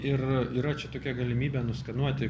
ir yra čia tokia galimybė nuskenuoti